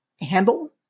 handle